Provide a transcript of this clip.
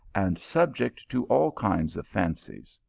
and subject to all kinds of fancies.